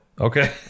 Okay